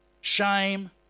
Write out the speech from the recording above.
shame